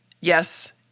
Yes